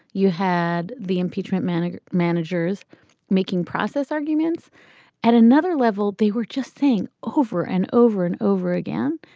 you had the impeachment manager managers making process arguments at another level. they were just saying over and over and over again,